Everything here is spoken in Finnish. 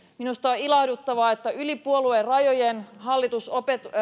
minusta on ilahduttavaa että yli puoluerajojen ja hallitus